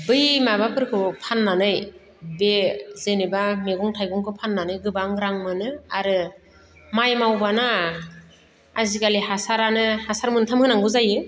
बै माबाफोरखौ फान्नानै बे जेनेबा मैगं थाइगंखौ फान्नानै गोबां रां मोनो आरो माइ मावोबा ना आजिखालि हासारानो हासार मोन्थाम होनांगौ जायो